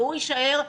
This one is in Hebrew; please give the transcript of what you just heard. והוא יישאר.